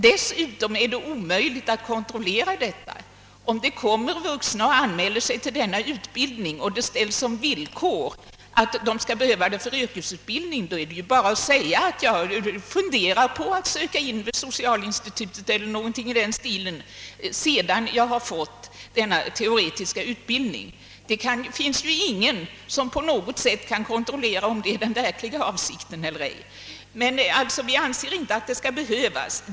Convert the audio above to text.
Dessutom är det omöjligt att kontrollera efterlevnaden... Om en person anmäler sig till denna utbildning och det ställs som villkor att vederbörande skall behöva den för yrkesutbildning, är det bara att säga: »Jag funderar på att söka in vid socialinstitut» — eller någonting i den stilen — »sedan jag har fått denna teoretiska utbildning.» Det finns ingen som på något sätt kan kontrollera om det är den verkliga avsikten eller ej. Vi anser alltså inte att detta krav är befogat.